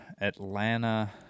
Atlanta